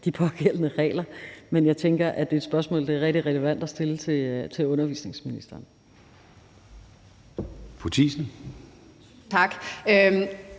de pågældende regler, men jeg tænker, det er et spørgsmål, det er rigtig relevant at stille til undervisningsministeren.